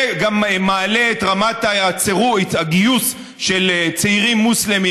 וגם מעלה את רמת הגיוס של צעירים מוסלמים